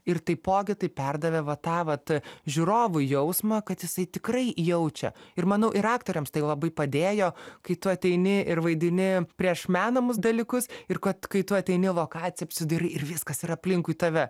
ir taipogi tai perdavė va tą vat žiūrovui jausmą kad jisai tikrai jaučia ir manau ir aktoriams tai labai padėjo kai tu ateini ir vaidini prieš menamus dalykus ir kad kai tu ateini į lokaciją apsidairai ir viskas yra aplinkui tave